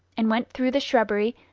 and went through the shrubbery,